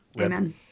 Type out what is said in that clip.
Amen